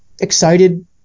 excited